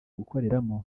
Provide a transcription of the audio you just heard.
gukoreramo